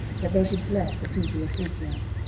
that they should bless the people of israel.